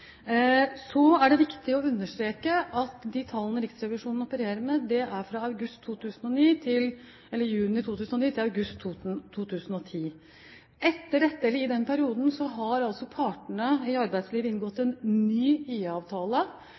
Så er det viktig å understreke at de tallene Riksrevisjonen opererer med, er fra juni 2009 til august 2010. I den perioden har altså partene i arbeidslivet inngått en ny